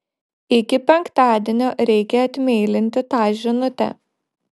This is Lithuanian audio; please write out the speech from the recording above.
iki penktadienio reikia atmeilinti tą žinutę